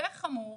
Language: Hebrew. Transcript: ביותר חמור,